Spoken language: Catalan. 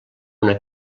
una